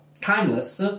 timeless